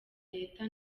leta